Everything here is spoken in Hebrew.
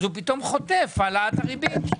ואז הוא חוטף את העלאת הריבית.